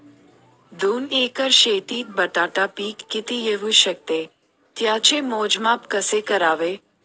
दोन एकर शेतीत बटाटा पीक किती येवू शकते? त्याचे मोजमाप कसे करावे?